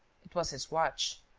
it was his watch.